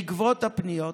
בעקבות הפניות,